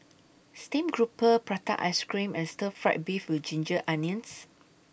Steamed Grouper Prata Ice Cream and Stir Fry Beef with Ginger Onions